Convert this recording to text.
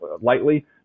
lightly